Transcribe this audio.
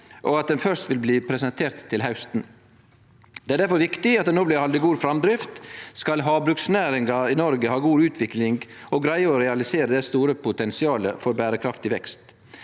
lenge, men først vil bli presentert til hausten. Det er difor viktig at det no blir halde god framdrift dersom havbruksnæringa i Noreg skal ha god utvikling og greie å realisere det store potensialet for berekraftig vekst.